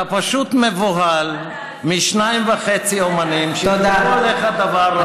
אתה פשוט מבוהל משניים וחצי אומנים שאמרו עליך דבר רע.